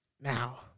now